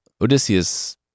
Odysseus